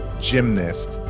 gymnast